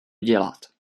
dělat